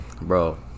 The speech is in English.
Bro